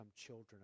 children